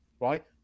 Right